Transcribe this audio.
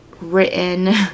written